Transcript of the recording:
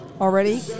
already